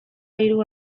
hiru